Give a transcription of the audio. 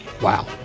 Wow